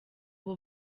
abo